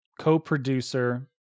co-producer